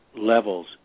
levels